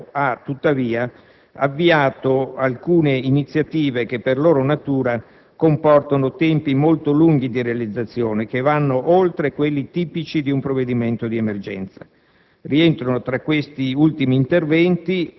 Lo stesso commissario delegato ha, tuttavia, avviato anche alcune iniziative che, per loro natura, comportano tempi molto lunghi di realizzazione, che vanno oltre quelli tipici di un provvedimento di emergenza.